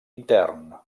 intern